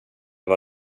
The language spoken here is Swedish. vad